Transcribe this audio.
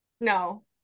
no